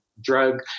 drug